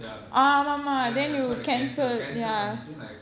ya ya ya so I had to cancel cancel பண்ணிட்டு:pannittu